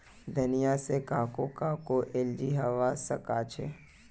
धनिया से काहको काहको एलर्जी हावा सकअछे